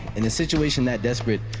in a situation that desperate,